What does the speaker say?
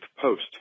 post